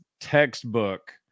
textbook